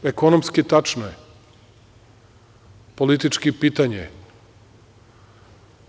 Ekonomski - tačno je, politički - pitanje je.